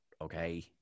okay